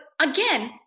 again